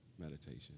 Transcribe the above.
Meditation